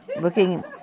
Looking